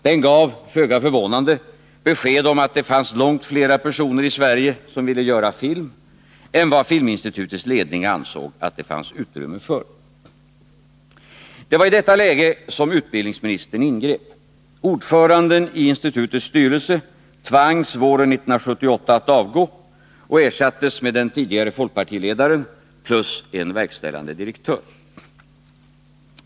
Den gav, föga förvånande, besked om att det fanns långt flera personer i Sverige som ville göra film än vad Filminstitutets ledning ansåg att det fanns utrymme för. Det var i detta läge som utbildningsministern ingrep. Ordföranden i institutets styrelse tvangs våren 1978 att avgå och ersattes med den tidigare folkpartiledaren plus en verkställande direktör.